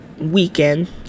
weekend